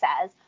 says